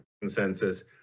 consensus